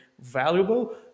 valuable